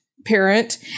parent